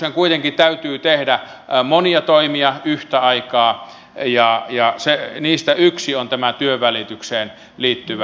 hallituksen kuitenkin täytyy tehdä monia toimia yhtä aikaa ja niistä yksi on tämä työnvälitykseen liittyvä